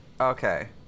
Okay